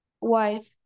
wife